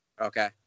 Okay